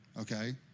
okay